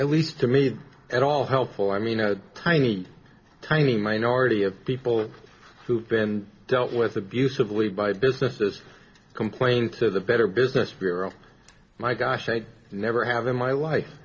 at least to me at all helpful i mean a tiny tiny minority of people who've been dealt with abusively by businesses complained to the better business bureau my gosh i never have in my life